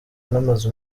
n’amazu